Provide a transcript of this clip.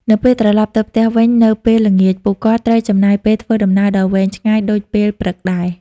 នៅពេលត្រឡប់ទៅផ្ទះវិញនៅពេលល្ងាច ពួកគាត់ត្រូវចំណាយពេលធ្វើដំណើរដ៏វែងឆ្ងាយដូចពេលព្រឹកដែរ។